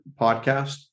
podcast